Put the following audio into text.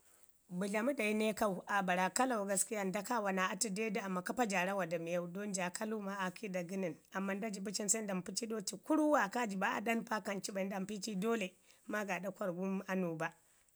Bədlamu dai na ikau, aa bara kalau gaskiya, nda kaawo naa atu dau du amman kapa ja rawa da miyau don ja kalau maa a kiiɗa gənən amman nda jibo cin se nda mpi ci iiɗau, ci kurwa, ka jiɓa aɗan pa kanci bai nda mpi ci i dolle gaaɗa karrgum annoba